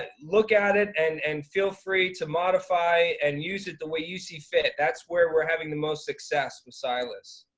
look at it and and feel free to modify and use it the way you see fit. that's where we're having the most success with silas.